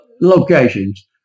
locations